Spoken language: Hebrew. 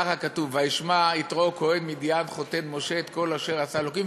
ככה כתוב: "וישמע יתרו כהן מדין חֹתן משה את כל אשר עשה אלוקים,